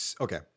Okay